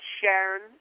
Sharon